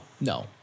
No